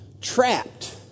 trapped